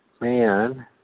man